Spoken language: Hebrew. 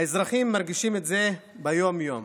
האזרחים מרגישים את זה ביום-יום.